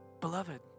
beloved